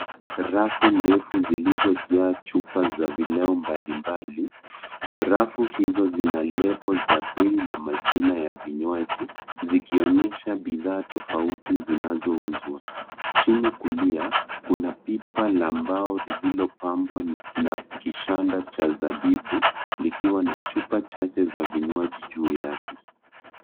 Rafu ndefu zilizojaa chupa za vileo mbalimbali. Rafu hizo zina lebo na bei na majina za vinywaji, zikionyesha bidhaa tofauti zinazouzwa. Chini kulia, kuna pipa la mbao lililopambwa na kishanda cha zabibu, likiwa na chupa zake za vinywaji juu yake.